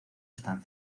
están